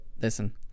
listen